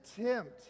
attempt